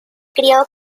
crio